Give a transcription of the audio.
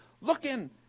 looking